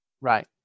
Right